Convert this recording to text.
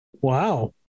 Wow